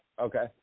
okay